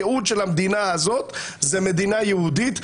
הייעוד של המדינה הזאת הוא מדינה יהודית.